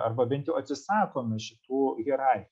arba bent jau atsisakome šitų hierarchijų